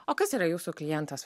o kas yra jūsų klientas